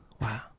wow